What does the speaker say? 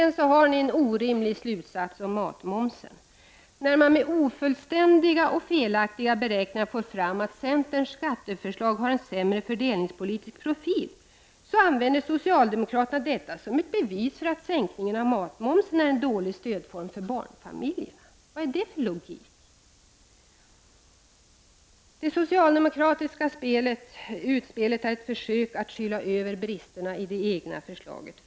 Ni har en orimlig slutsats om matmomsen. När man med ofullständiga och felaktiga beräkningar får fram att centerns skatteförslag har en sämre fördelningspolitisk profil, så använder socialdemokraterna detta som ett bevis för att sänkningen av matmomsen är en dålig stödform för barnfamiljerna. Vad är det för sorts logik? Det socialdemokratiska utspelet är ett försök att skyla över bristerna i det egna förslaget.